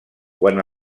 quan